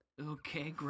Okay